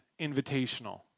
invitational